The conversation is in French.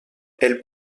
elle